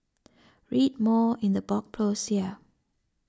read more in the blog post here